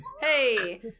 Hey